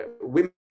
women